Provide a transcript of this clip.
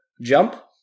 jump